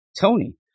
Tony